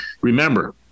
Remember